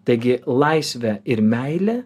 taigi laisvė ir meilė